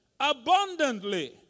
abundantly